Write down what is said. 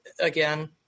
again